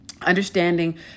understanding